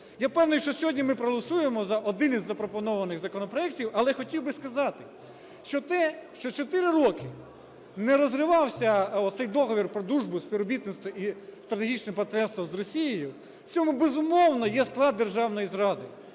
Я певний, що сьогодні ми проголосуємо за один із запропонованих законопроектів. Але хотів би сказати, що те, що чотири роки не розривався оцей Договір про дружбу і співробітництво і стратегічне партнерство з Росією, в цьому, безумовно, є склад державної зради.